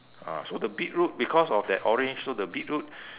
ah so the beetroot because of that orange so the beetroot